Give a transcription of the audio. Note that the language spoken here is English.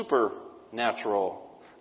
supernatural